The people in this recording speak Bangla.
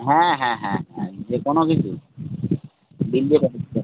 হ্যাঁ হ্যাঁ হ্যাঁ হ্যাঁ যে কোনো কিছুই বিল দিয়ে পাঠিয়ে